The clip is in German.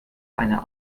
einer